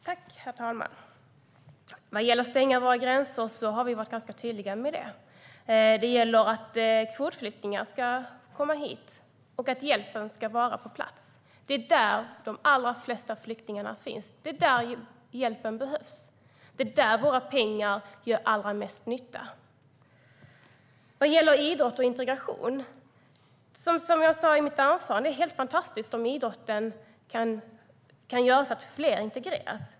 Herr talman! Vad gäller att stänga våra gränser har vi varit ganska tydliga. Det gäller att kvotflyktingar ska komma hit och att hjälpen ska vara på plats. Det är där de allra flesta flyktingar finns. Det är där hjälpen behövs. Det är där våra pengar gör allra mest nytta. Sedan gällde det idrott och integration. Som jag sa i mitt anförande: Det är helt fantastiskt om idrotten kan göra att fler integreras.